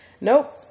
nope